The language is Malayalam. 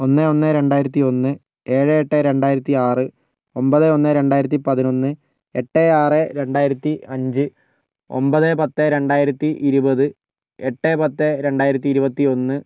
ഒന്ന് ഒന്ന് രണ്ടായിരത്തി ഒന്ന് ഏഴ് എട്ട് രണ്ടായിരത്തി ആറ് ഒൻപത് ഒന്ന് രണ്ടായിരത്തി പതിനൊന്ന് എട്ട് ആറ് രണ്ടായിരത്തി അഞ്ച് ഒൻപത് പത്ത് രണ്ടായിരത്തി ഇരുപത് എട്ട് പത്ത് രണ്ടായിരത്തി ഇരുപത്തി ഒന്ന്